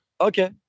Okay